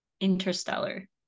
Interstellar